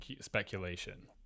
speculation